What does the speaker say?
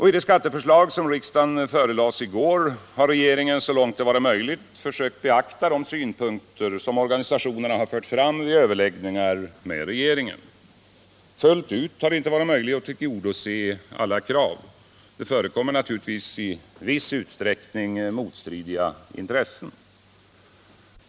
I det skatteförslag som riksdagen förelades i går har regeringen så långt det varit möjligt försökt beakta de synpunkter som organisationerna har fört fram vid överläggningar med regeringen. Fullt ut har det inte varit möjligt att tillgodose alla krav — det förekommer naturligtvis i viss utsträckning motstridiga intressen.